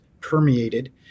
permeated